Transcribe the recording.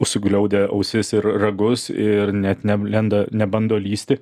suglaudę ausis ir ragus ir net nelenda nebando lįsti